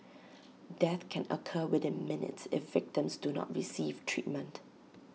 death can occur within minutes if victims do not receive treatment